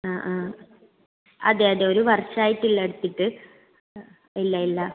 ആ ആ അതേ അതേ ഒരു വർഷമായിട്ടില്ല എടുത്തിട്ട് ഇല്ല ഇല്ല